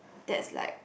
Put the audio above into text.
that's like